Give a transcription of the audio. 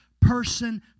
Person